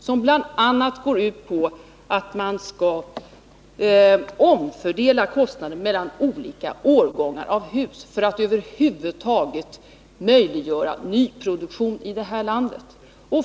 Den går bl.a. ut på att man skall omfördela kostnaderna mellan olika årgångar av hus, för att över huvud taget möjliggöra nyproduktion här i landet.